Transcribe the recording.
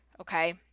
okay